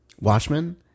Watchmen